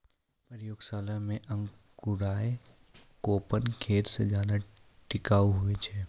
प्रयोगशाला मे अंकुराएल कोपल खेत मे ज्यादा टिकाऊ हुवै छै